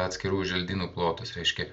atskirų želdynų plotus reiškia